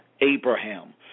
Abraham